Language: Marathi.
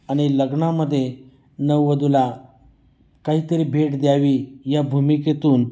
आणि लग्नामध्ये नववधूला काहीतरी भेट द्यावी या भूमिकेतून